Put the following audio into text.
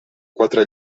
quatre